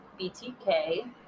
BTK